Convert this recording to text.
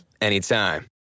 anytime